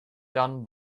done